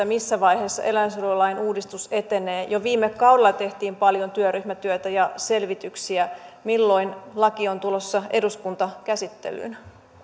missä vaiheessa eläinsuojelulain uudistus etenee jo viime kaudella tehtiin paljon työryhmätyötä ja selvityksiä milloin laki on tulossa eduskuntakäsittelyyn